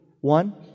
One